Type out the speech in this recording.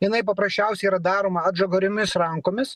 jinai paprasčiausiai yra daroma atžagariomis rankomis